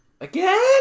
Again